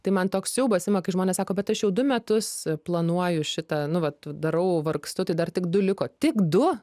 tai man toks siaubas ima kai žmonės sako bet aš jau du metus planuoju šitą nuo vat darau vargstu tai dar tik du liko tik du